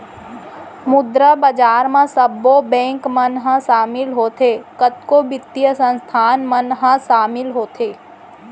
मुद्रा बजार म सब्बो बेंक मन ह सामिल होथे, कतको बित्तीय संस्थान मन ह सामिल होथे